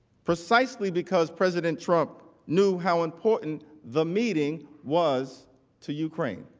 precisely because president trump knew how important the meeting was to ukraine.